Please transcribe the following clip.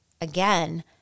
again